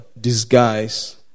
disguise